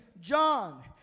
John